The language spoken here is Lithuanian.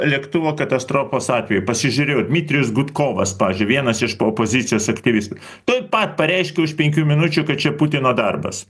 lėktuvo katastrofos atveju pasižiūrėjau dmitrijus gudkovas pavyzdžiui vienas iš po opozicijos aktyvistų tuoj pat pareiškė už penkių minučių kad čia putino darbas